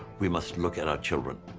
we must look at our children,